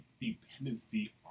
dependency